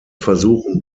versuchen